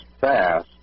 fast